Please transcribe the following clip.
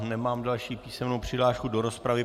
Nemám další písemnou přihlášku do rozpravy.